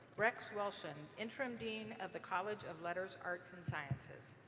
rex welshon, interim dean of the college of letters, arts, and sciences.